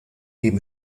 dem